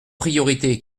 priorités